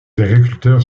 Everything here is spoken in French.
agriculteurs